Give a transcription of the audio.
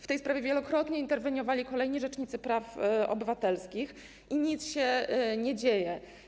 W tej sprawie wielokrotnie interweniowali kolejni rzecznicy praw obywatelskich i nic się nie dzieje.